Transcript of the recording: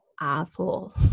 asshole